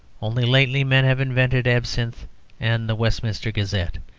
only lately men have invented absinthe and the westminster gazette.